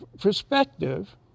perspective